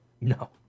No